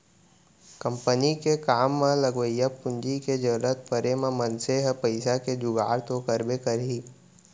company के काम म लगवइया पूंजी के जरूरत परे म मनसे ह पइसा के जुगाड़ तो करबे करही